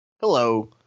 Hello